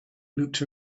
looked